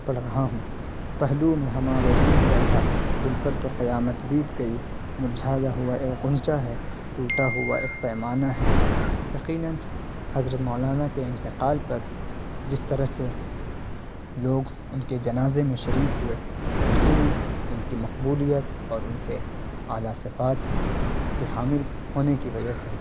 پڑھ رہا ہوں پہلو میں ہمارے دل کیسا دل پر تو قیامت بیت گئی مرجھایا ہوا یہ غنچہ ہے ٹوٹا ہوا ایک پیمانہ ہے یقیناً حضرت مولانا کے انتقال پر جس طرح سے لوگ ان کے جنازے میں شریک ہوئے یقیناً ان کی مقبولیت اور ان کے اعلیٰ صفات کے حامل ہونے کی وجہ سے